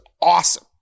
awesome